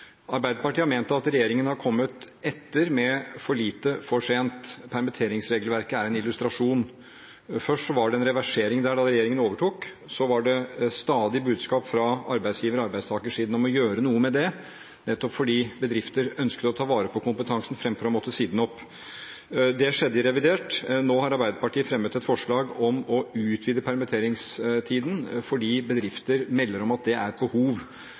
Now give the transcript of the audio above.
Arbeiderpartiet har ment at regjeringen har kommet etter, med for lite for sent. Permitteringsregelverket er en illustrasjon: Først var det en reversering der da regjeringen overtok, og så var det stadige budskap fra arbeidsgiver-/arbeidstakersiden om å gjøre noe med det, nettopp fordi bedrifter ønsker å ta vare på kompetansen fremfor å måtte si den opp. Det skjedde i revidert. Nå har Arbeiderpartiet fremmet et forslag om å utvide permitteringstiden fordi bedrifter melder om at det er et behov.